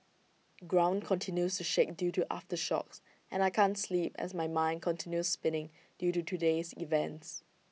ground continues to shake due to aftershocks and I can't sleep as my mind continue spinning due to today's events